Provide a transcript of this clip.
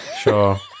sure